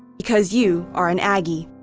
because you are an aggie.